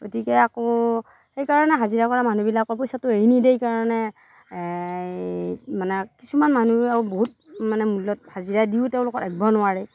গতিকে আকৌ সেইকাৰণে হাজিৰা কৰা মানুহবিলাকে পইচাটো এৰি নিদিয়েই কাৰণে মানে কিছুমান মানুহেও বহুত মানে মূল্যত হাজিৰা দিও তেওলোকক ৰাখিব নোৱাৰে